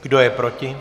Kdo je proti?